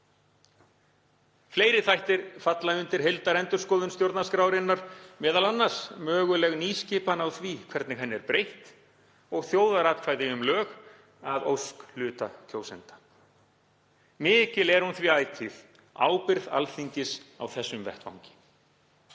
Fleiri þættir falla undir heildarendurskoðun stjórnarskrárinnar, meðal annars möguleg nýskipan á því hvernig henni er breytt og þjóðaratkvæði um lög að ósk hluta kjósenda. Mikil er hún því ætíð, ábyrgð Alþingis á þessum vettvangi.